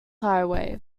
highway